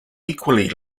equally